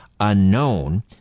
Unknown